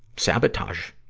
sabotage.